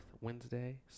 Wednesday